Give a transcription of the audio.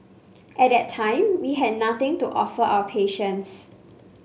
at that time we had nothing to offer our patients